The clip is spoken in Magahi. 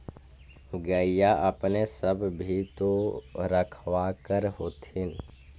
गईया अपने सब भी तो रखबा कर होत्थिन?